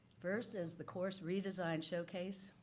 first is the course redesign showcase.